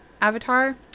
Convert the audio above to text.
Avatar